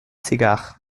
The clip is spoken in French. cigare